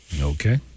Okay